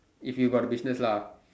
if you got a business lah